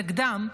נגדם,